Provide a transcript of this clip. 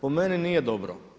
po meni nije dobro.